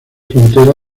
frontera